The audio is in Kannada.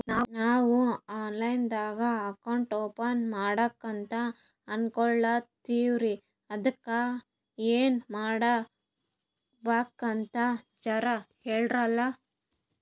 ನಾವು ಆನ್ ಲೈನ್ ದಾಗ ಅಕೌಂಟ್ ಓಪನ ಮಾಡ್ಲಕಂತ ಅನ್ಕೋಲತ್ತೀವ್ರಿ ಅದಕ್ಕ ಏನ ಮಾಡಬಕಾತದಂತ ಜರ ಹೇಳ್ರಲ?